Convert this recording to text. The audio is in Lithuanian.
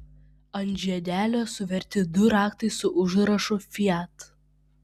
ant žiedelio suverti du raktai su užrašu fiat